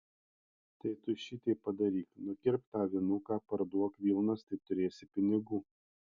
tai tu šiteip padaryk nukirpk tą avinuką parduok vilnas tai turėsi pinigų